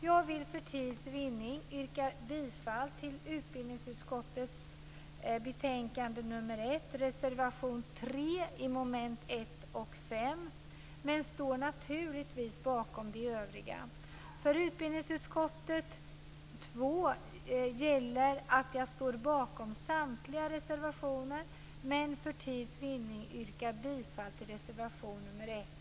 Jag vill för tids vinning yrka bifall till reservation 3 under mom. 1 och 5 i utbildningsutskottets betänkande 1, men står naturligtvis bakom de övriga reservationerna. Jag står bakom samtliga mina reservationer i utbildningsutskottets betänkande 2, men för tids vinnande yrkar jag bifall till reservation nr 1.